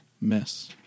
Miss